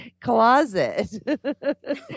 closet